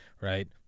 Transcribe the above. right